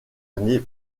années